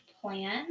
plan